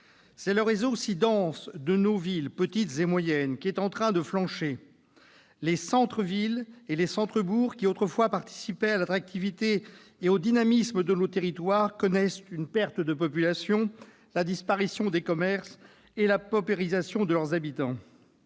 C'est le réseau si dense de nos villes, petites et moyennes, qui est en train de flancher. Les centres-villes et les centres-bourgs, qui autrefois participaient à l'attractivité et au dynamisme de nos territoires, connaissent une perte de population, la disparition des commerces et la paupérisation de leurs habitants.